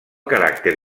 caràcter